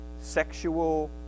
sexual